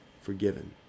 forgiven